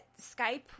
Skype